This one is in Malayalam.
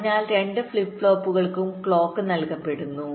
അതിനാൽ രണ്ട് ഫ്ലിപ്പ് ഫ്ലോപ്പുകൾക്കും ക്ലോക്ക് നൽകപ്പെടുന്നു